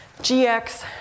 GX